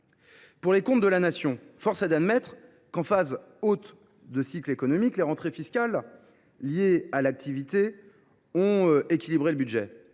les comptes de la Nation, force est d’admettre que, durant la phase haute du cycle économique, les rentrées fiscales liées à l’activité ont équilibré le budget.